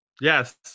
Yes